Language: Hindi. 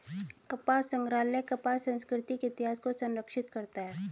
कपास संग्रहालय कपास संस्कृति के इतिहास को संरक्षित करता है